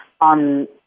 on